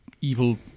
evil